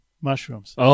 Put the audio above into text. mushrooms